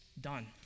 done